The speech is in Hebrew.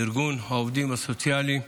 ארגון העובדים הסוציאליים,